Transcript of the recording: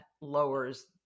lowers